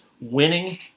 winning